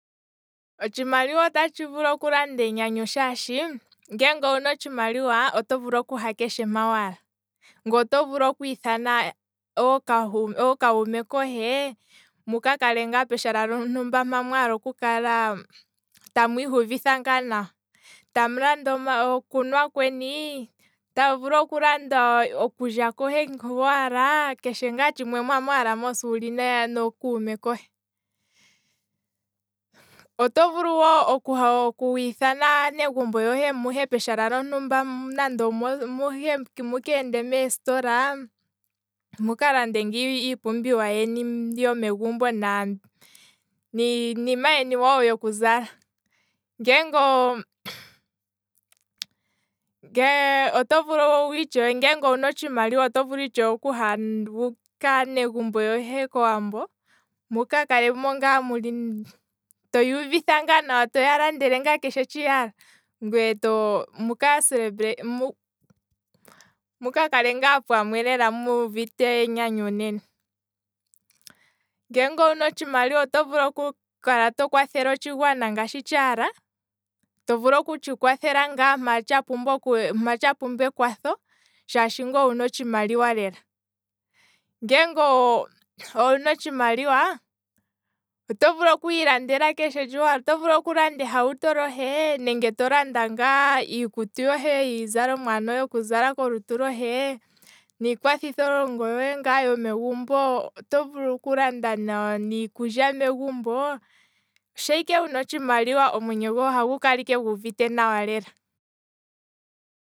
Otshimaliwa ota tshi vulu okulanda enyanyu shaashi, ngeenge owuna otshimaliwa, oto vulu okuha naampa waala, ngweye oto vulu okwiithana ookuume kohe, muka kale ngaa peshala lyontumba mpa mwaala oku kala, tamu ihuvitha ngaa nawa, tamu vulu okulanda okunwa kweni, tamu ihuvitha ngaa nawa, tamu landa okulya kweni, okulya kohe hu waala mos muli ngaa nokume kohe, oto vulu wo okwiithana aanegumbo yohe muhe peshala lontumba, muhe nande mo- mo mu keende nande omeesitola, mukalande ngaa iipumbiwa yeni yomegumbo niinima yeni yokuzala, ngeenge oto, nge owuna otshimaliwa oto vulu ithewe wuka naanegumbo yohe kowambo, muka kalemo ngaa muli, toya uvitha ngaa nawa toya landele shi yaala, ngweye to, muka celebrate, muka kale ngaa pamwe muuvite enyanyu nena. ngenge owuna otshimaliwa otshimaliwa oto vulu oku kala to kwathele otshigwana ngashi tshaala, to vulu okutshi kwathela ngaa mpa tsha pumbwa ekwatho, shaashi ngweye owuna otshimaliwa lela, ngeenge owuna otshimaliwa oto vulu okulanda ngashi waala, oto vulu okulanda ehauto lohe nenge to landa ngaa iikutu yohe. iizalomwa yohe yoku zala kolutu lohe. niikwa thitho longo yohe oto vuluokulanda nawa niikulya megumbo, shee ike wuna otshimaliwa, omwenyo gohe ohagu kala ike guuvite nawa.